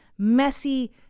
messy